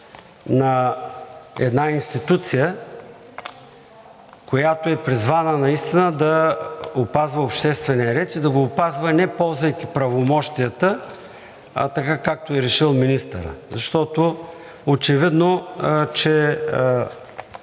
на една институция, която е призвана наистина да опазва обществения ред, да го опазва не ползвайки правомощията, а така, както е решил министърът, защото очевидно е, че